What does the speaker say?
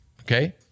okay